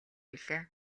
билээ